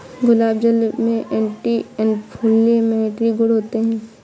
गुलाब जल में anti inflammatory गुण होते हैं